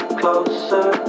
closer